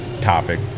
topic